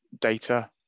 data